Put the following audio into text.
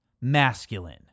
Masculine